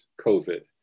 COVID